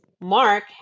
Mark